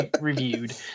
reviewed